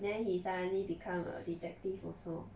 then he suddenly become a detective also